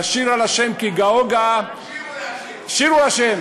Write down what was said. אשירה לה' כי גאה גאה, שירו לה'.